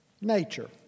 Nature